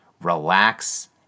relax